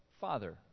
Father